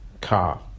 car